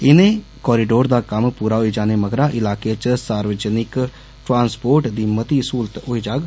इने गलियारे दा कम्म पूरा होई जाने मगरा इलाकें च सार्वजनिक ट्रांसपोर्ट दी मती स्हूलत होई जाग